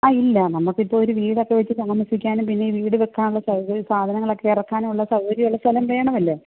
ആ ഇല്ല നമുക്കിപ്പോൾ ഒരു വീടൊക്കെ വച്ച് താമസിക്കാനും പിന്നെ വീട് വെക്കാനുമുള്ള സാധനങ്ങളൊക്കെയിറക്കാനുള്ള സൗകര്യമുള്ള സ്ഥലം വേണമല്ലോ